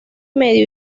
medio